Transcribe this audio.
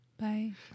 Bye